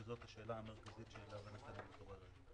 שזאת השאלה המרכזית שאליה אנחנו מתייחסים.